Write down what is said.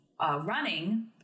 running